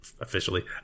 officially